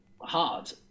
hard